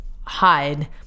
hide